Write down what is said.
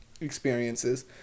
experiences